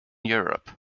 europe